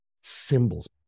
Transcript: symbols